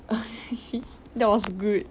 that was good